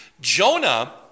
Jonah